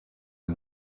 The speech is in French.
est